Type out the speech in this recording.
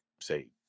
say